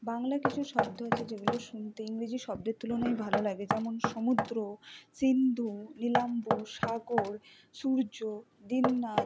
বাংলা কিছু শব্দ আছে যেগুলো শুনতে ইংরেজি শব্দের তুলনায় ভালো লাগে যেমন সমুদ্র সিন্ধু নীলাম্বু সাগর সূর্য দিননাথ